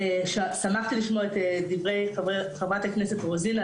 שמחתי לשמוע את דברי חברת הכנסת רוזין,